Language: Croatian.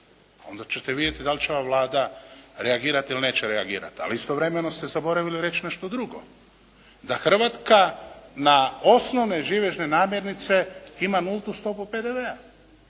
onda ćete vidjeti da li će ova Vlada reagirati ili neće reagirati ali istovremeno ste zaboravili reći nešto drugo, da Hrvatska na osnovne živežne namirnice ima nultu stopu PDV-a